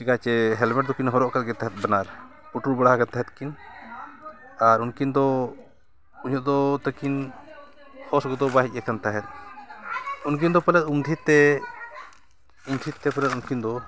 ᱪᱤᱠᱟᱹ ᱪᱮ ᱦᱮᱞᱢᱮᱴ ᱫᱚᱠᱤᱱ ᱦᱚᱨᱚᱜ ᱠᱟᱜ ᱜᱮ ᱛᱟᱦᱮᱸᱫ ᱵᱮᱱᱟᱣ ᱯᱩᱴᱩᱨ ᱵᱟᱲᱟ ᱠᱤᱱ ᱛᱟᱦᱮᱸᱜ ᱠᱤᱱ ᱟᱨ ᱩᱱᱠᱤᱱ ᱫᱚ ᱩᱱᱟᱹᱜ ᱫᱚ ᱛᱟᱹᱠᱤᱱ ᱦᱚᱨᱥ ᱠᱚᱫᱚ ᱵᱟᱭ ᱦᱮᱡ ᱟᱠᱟᱱ ᱛᱟᱦᱮᱸᱜ ᱩᱱᱠᱤᱱ ᱫᱚ ᱯᱟᱞᱮᱫ ᱩᱱᱫᱷᱤ ᱛᱮ ᱩᱱᱫᱷᱤ ᱛᱮ ᱯᱟᱞᱮ ᱩᱱᱠᱤᱱ ᱫᱚ